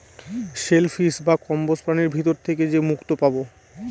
shell fish বা কম্বোজ প্রাণীর ভিতর থেকে যে মুক্তো পাবো